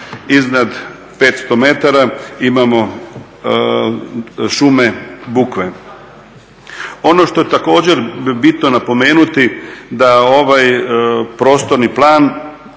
iznad 500 metara imamo šume bukve. Ono što je također bitno napomenuti da ovaj prostorni plan